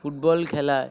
football খেলা